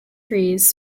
trees